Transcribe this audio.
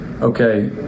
okay